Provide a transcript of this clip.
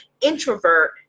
introvert